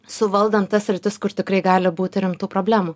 suvaldant tas sritis kur tikrai gali būti rimtų problemų